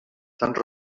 tants